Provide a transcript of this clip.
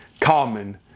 common